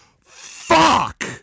fuck